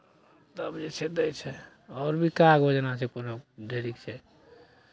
तब जे छै दै छै आओर भी कए गो योजना छै कोनो ढेरिक छै